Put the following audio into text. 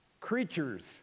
creatures